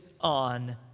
on